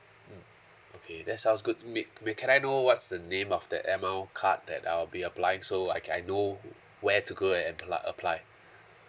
mm okay that sounds good may may can I know what's the name of the air mile card that I'll be applying so I can I know where to go and apply apply